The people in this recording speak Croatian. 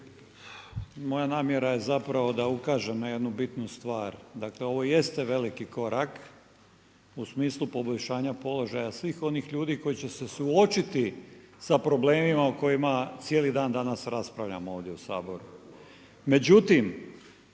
Moja namjera je da ukažem na jednu bitnu stvar. Dakle ovo jeste veliki korak u smislu poboljšanja položaja svih onih ljudi koji će se suočiti sa problemima o kojima cijeli dan danas raspravljamo ovdje u Saboru.